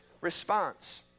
response